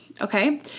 Okay